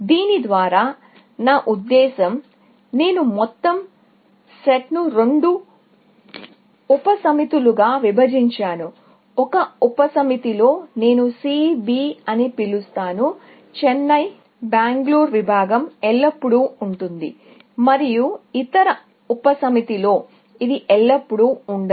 దీని ద్వారా నా ఉద్దేశ్యం నేను మొత్తం సెట్ను రెండు ఉపసమితులుగా విభజించాను ఒక ఉపసమితిలో నేను C B అని పిలుస్తాను చెన్నై బెంగళూరు విభాగం ఎల్లప్పుడూ ఉంటుంది మరియు ఇతర ఉపసమితిలో ఇది ఎల్లప్పుడూ ఉండదు